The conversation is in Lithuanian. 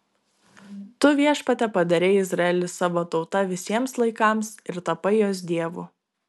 tu viešpatie padarei izraelį savo tauta visiems laikams ir tapai jos dievu